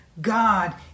God